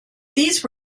these